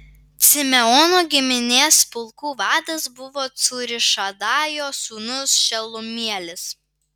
simeono giminės pulkų vadas buvo cūrišadajo sūnus šelumielis